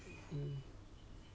mm